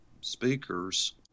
speakers